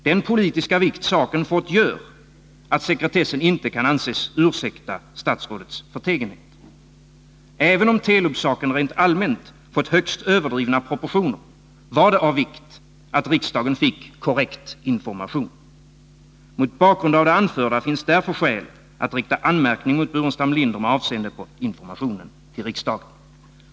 Den politiska vikt saken fått gör att sekretessen inte kan anses ursäkta statsrådets förtegenhet. Även om Telub-saken rent allmänt fått högst överdrivna proportioner, var det av vikt att riksdagen fick korrekt information. Mot bakgrund av det anförda finns därför skäl att rikta anmärkning mot Staffan Burenstam Linder med avseende på informationen till riksdagen.